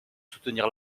soutenir